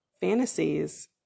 fantasies